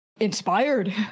Inspired